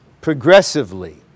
progressively